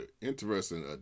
interesting